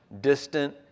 distant